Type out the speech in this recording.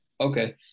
Okay